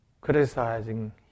criticizing